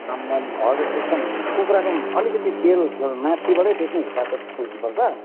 आम्मामा हजुर एकदम कुखुराको अलिकति तेल त्यो माथिबाटै देख्ने हिसाबको हुनुपर्छ